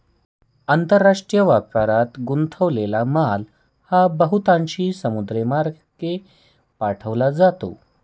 आंतरराष्ट्रीय व्यापारात गुंतलेला माल हा बहुतांशी समुद्रमार्गे पाठवला जातो